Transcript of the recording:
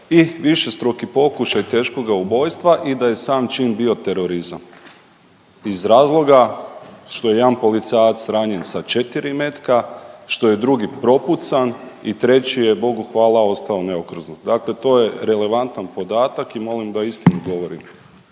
i višestruki pokušaj teškoga ubojstva i da je sam čin bio terorizam iz razloga što je jedan policajac ranjen sa četiri metka, što je drugi propucan i treći je Bogu hvala ostao neokrznut. Dakle, to je relevantan podatak i molim da istinu govorite.